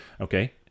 Okay